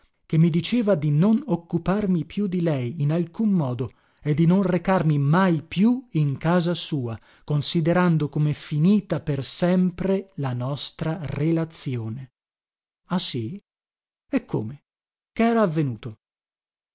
che mi diceva di non occuparmi più di lei in alcun modo e di non recarmi mai più in casa sua considerando come finita per sempre la nostra relazione ah sì e come che era avvenuto